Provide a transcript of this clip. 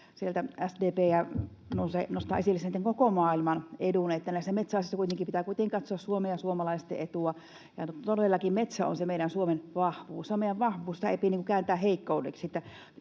sieltä SDP nostaa esille koko maailman edun, kun näissä metsäasioissa pitää kuitenkin katsoa Suomen ja suomalaisten etua. Todellakin metsä on se meidän, Suomen, vahvuus. Se on meidän vahvuus, sitä ei pidä kääntää heikkoudeksi.